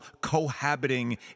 cohabiting